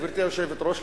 גברתי היושבת-ראש,